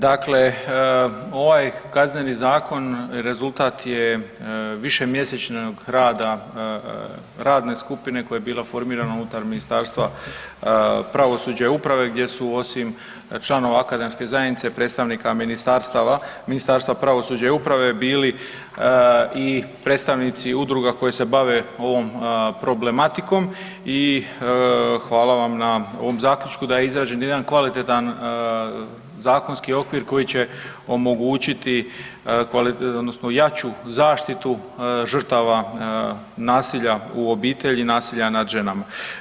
Dakle, ovaj Kazneni zakon rezultat je višemjesečnog rada radne skupine koja je bila formirana unutar Ministarstva pravosuđa i uprave gdje su, osim članova akademske zajednice, predstavnika ministarstava, Ministarstva pravosuđa i uprave bili i predstavnici udruga koje se bave ovom problematikom i hvala vam na ovom zaključku da je izrađen jedan kvalitetan zakonski okvir koji će omogućiti .../nerazumljivo/... odnosno jaču zaštitu žrtava nasilja u obitelji i nasilja nad ženama.